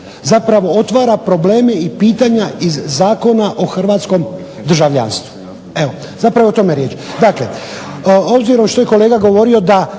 zapravo otvara probleme i pitanja iz Zakona o hrvatskom državljanstvu. Zapravo je o tome riječ.